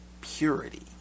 purity